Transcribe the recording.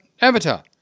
Avatar